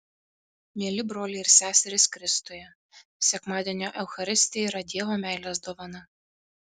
mieli broliai ir seserys kristuje sekmadienio eucharistija yra dievo meilės dovana